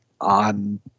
on